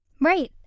Right